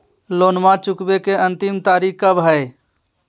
लोनमा चुकबे के अंतिम तारीख कब हय?